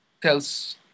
tells